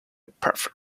perfect